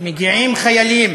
מגיעים חיילים